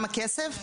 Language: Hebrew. כסף?